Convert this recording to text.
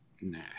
Nah